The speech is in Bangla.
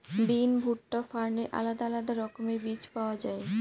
বিন, ভুট্টা, ফার্নের আলাদা আলাদা রকমের বীজ পাওয়া যায়